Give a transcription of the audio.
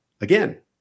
Again